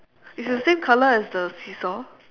it's the same colour as the seesaw